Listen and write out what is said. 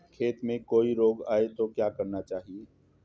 खेत में कोई रोग आये तो क्या करना चाहिए?